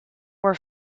were